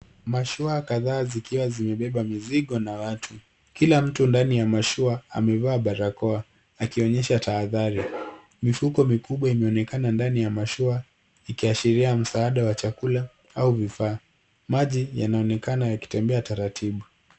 Mashua kadhaa zikiwa zimebeba mizigo na watu. Kila mtu ndani ya mashua amevaa barakoa akionyesha tahadhari. Mifuko mikubwa imeonekana ndani ya mashua ikiashiria msaada wa chakula au vifaa. Maji yanaonekana yakitembea taratibu.